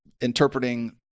interpreting